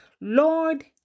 Lord